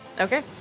Okay